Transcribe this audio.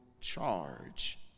charge